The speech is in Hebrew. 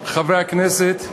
חברי הכנסת,